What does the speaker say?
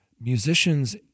musicians